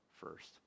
first